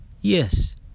Yes